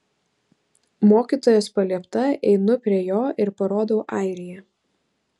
mokytojos paliepta einu prie jo ir parodau airiją